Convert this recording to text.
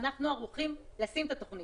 אנחנו ערוכים לשים את התוכנית,